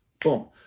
boom